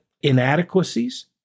inadequacies